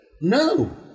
no